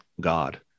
God